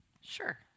Sure